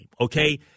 okay